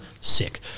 sick